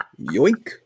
Yoink